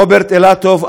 רוברט אילטוב,